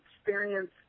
experience